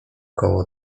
koło